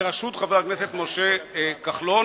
בראשות חבר הכנסת משה כחלון.